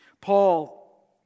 Paul